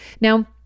Now